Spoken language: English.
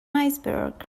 iceberg